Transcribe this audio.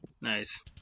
Nice